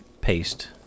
paste